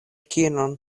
kiel